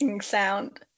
sound